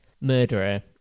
murderer